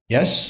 Yes